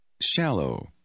Shallow